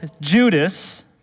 Judas